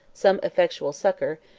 some effectual succor,